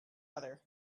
other